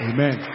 Amen